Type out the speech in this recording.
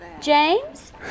James